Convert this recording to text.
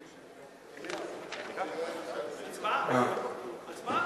הצבעה, הצבעה.